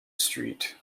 street